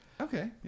Okay